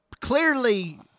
Clearly